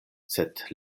sed